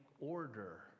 order